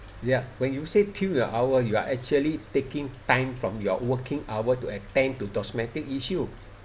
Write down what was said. ya when you say kill your hour you are actually taking time from your working hours to attend to domestic issue